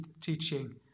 teaching